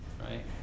right